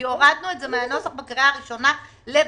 כי הורדנו את זה מהנוסח בקריאה הראשונה לבקשתכם.